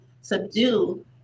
subdue